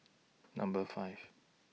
Number five